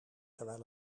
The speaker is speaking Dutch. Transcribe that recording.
terwijl